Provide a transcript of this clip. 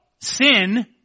sin